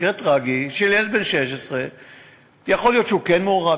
מקרה טרגי של ילד בן 16. יכול להיות שהוא כן מעורב,